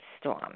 storm